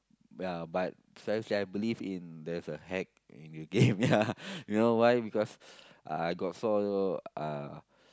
ya but sometimes I believe in there's a hack in the game ya you know why ya because I got saw uh